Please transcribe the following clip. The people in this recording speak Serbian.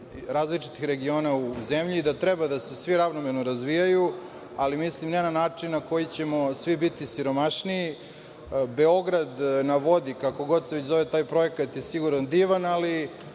različitih regiona u zemlji i da treba da se svi ravnomerno razvijaju, ali ne način na koji ćemo svi biti siromašniji. Beograd na vodi, kako god se već zove taj projekat je sigurno divan, ali